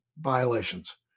violations